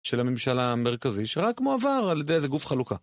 של הממשל המרכזי שרק מועבר על ידי איזה גוף חלוקה.